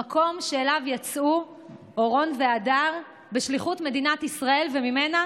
המקום שאליו יצאו אורון והדר בשליחות מדינת ישראל וממנה